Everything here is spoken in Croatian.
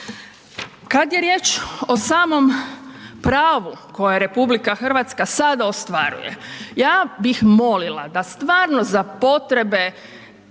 Kad je riječ o samom pravu koje RH sada ostvaruje, ja bih molila da stvarno za potrebe